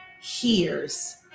hears